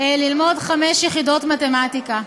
ללמוד חמש יחידות מתמטיקה.